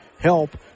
help